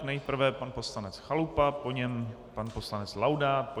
Nejprve pan poslanec Chalupa, po něm pan poslanec Laudát.